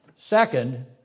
Second